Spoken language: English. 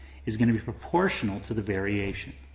is gonna proportional to the variation.